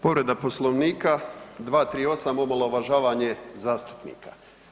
Povreda Poslovnika, 238, omalovažavanje zastupnika.